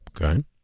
Okay